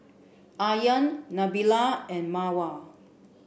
Aryan Nabila and Mawar